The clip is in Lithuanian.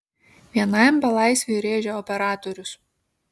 vienam belaisviui rėžia operatorius